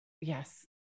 yes